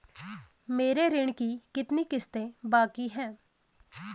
मेरे ऋण की कितनी किश्तें बाकी हैं?